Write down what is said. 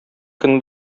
көн